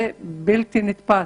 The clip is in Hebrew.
זה בלתי-נתפס.